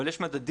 אבל יש מדדים,